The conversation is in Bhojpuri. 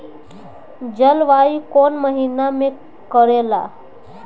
जलवायु कौन महीना में करेला?